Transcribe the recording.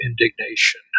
indignation